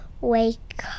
wake